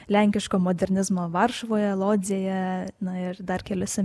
lenkiško modernizmo varšuvoje lodzėje na ir dar keliuose